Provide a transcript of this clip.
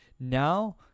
now